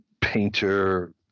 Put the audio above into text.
painter